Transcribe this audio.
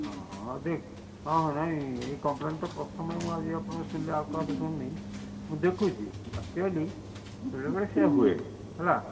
ଓହୋ ଯଦି ହଁ ନାଇଁ ଏଇ କମ୍ପ୍ଲେନ୍ ତ ପ୍ରଥମେ ଆଜି ଆପଣଙ୍କ ଶୁଣିଲି ଆଉ କାହାଠୁ ଶୁଣିନି ମୁଁ ଦେଖୁଛି ଆକ୍ଚୁୟାଲି ବେଳେବେଳେ ସେଇଆ ହୁଏ ହେଲା